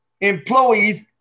employees